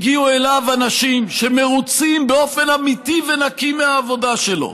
הגיעו אליו אנשים שמרוצים באופן אמיתי ונקי מהעבודה שלו,